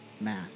mass